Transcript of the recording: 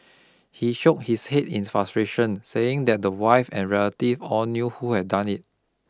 he shook his head in frustration saying that the wife and relative all knew who had done it